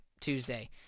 Tuesday